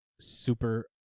Super